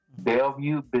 Bellevue